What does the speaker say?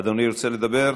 אדוני ירצה לדבר,